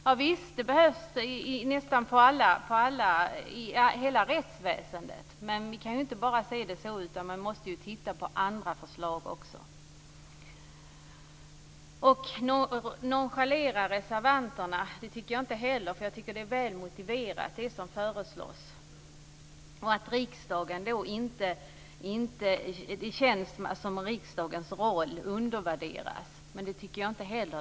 Ja visst, det behövs i nästan hela rättsväsendet, men man måste också titta på andra förslag. Jag tycker inte heller att vi har nonchalerat reservanterna. Det som föreslås är väl motiverat. Jag tycker dessutom inte att riksdagens roll undervärderas.